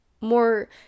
more